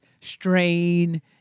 strain